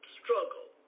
struggle